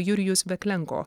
jurijus veklenko